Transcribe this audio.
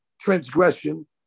transgression